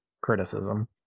criticism